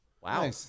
Wow